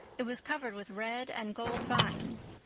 it was covered with red and gold vines,